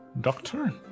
Doctor